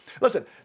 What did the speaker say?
Listen